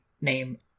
name